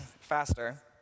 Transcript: faster